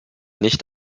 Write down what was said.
nicht